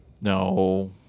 No